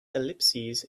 ellipses